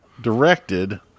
directed